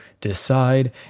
decide